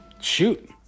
shoot